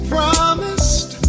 Promised